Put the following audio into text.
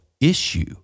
issue